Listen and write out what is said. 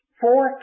four